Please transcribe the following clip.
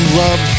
love